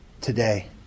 today